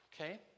Okay